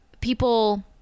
People